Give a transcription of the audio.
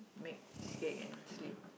make scared and sleep